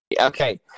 Okay